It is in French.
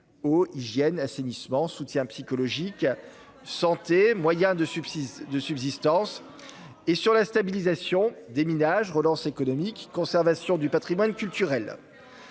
l'eau, l'hygiène, l'assainissement, le soutien psychologique, les moyens de subsistance et la stabilisation- déminage, relance économique, conservation du patrimoine culturel.